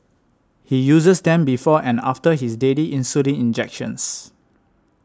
he uses them before and after his daily insulin injections